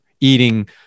eating